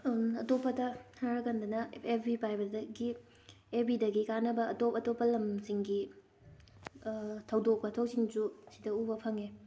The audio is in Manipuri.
ꯑꯇꯣꯞꯄꯗ ꯍꯥꯏꯔꯀꯥꯟꯗꯅ ꯑꯦꯐ ꯕꯤ ꯄꯥꯏꯕꯗꯒꯤ ꯑꯦꯐꯕꯤꯗꯒꯤ ꯀꯥꯟꯅꯕ ꯑꯇꯣꯞ ꯑꯇꯣꯞꯄ ꯂꯝꯁꯤꯡꯒꯤ ꯊꯧꯗꯣꯛ ꯋꯥꯊꯣꯛꯁꯤꯡꯁꯨ ꯁꯤꯗ ꯎꯕ ꯐꯪꯉꯦ